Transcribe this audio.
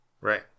right